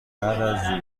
بعد